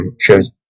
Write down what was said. shows